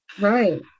Right